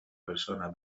persona